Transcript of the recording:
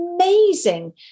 amazing